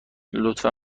لطفا